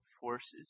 forces